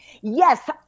yes